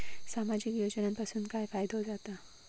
सामाजिक योजनांपासून काय फायदो जाता?